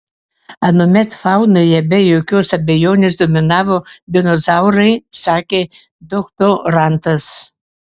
anuomet faunoje be jokios abejonės dominavo dinozaurai sakė doktorantas